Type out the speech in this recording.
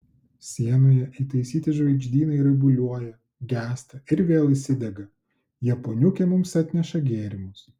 sienoje įtaisyti žvaigždynai raibuliuoja gęsta ir vėl įsidega japoniukė mums atneša gėrimus